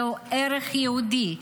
זהו ערך יהודי,